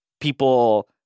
people